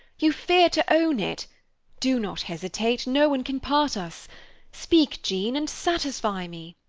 you fear to own it do not hesitate, no one can part us speak, jean, and satisfy me.